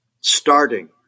starting